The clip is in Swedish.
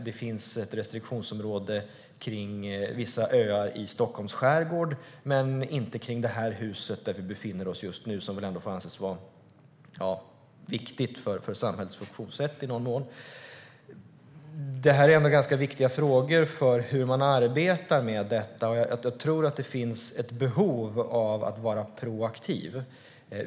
Det finns ett restriktionsområde kring vissa öar i Stockholms skärgård men inte kring det här huset som vi befinner oss i just nu och som väl ändå får anses vara viktigt för samhällets funktionssätt i någon mån. Det här är ganska viktiga frågor för hur man arbetar med detta. Jag tror att det finns ett behov av att vara proaktiv.